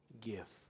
gift